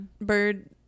bird